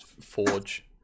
forge